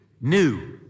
new